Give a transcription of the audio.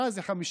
"נא" זה 51,